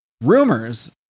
Rumors